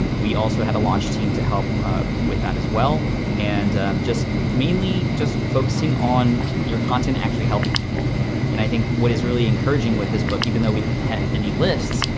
and we also had a launch team to help with that as well and just mainly just focusing on your content actually helping people and i think what is really encouraging with this book, even though we didn't hit any lists,